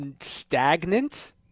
stagnant